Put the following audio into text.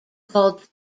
called